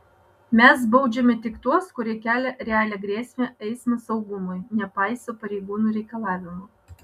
mes baudžiame tik tuos kurie kelia realią grėsmę eismo saugumui nepaiso pareigūnų reikalavimų